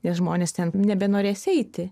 nes žmonės ten nebenorės eiti